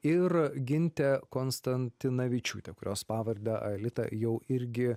ir gintė konstantinavičiūtė kurios pavardę aelita jau irgi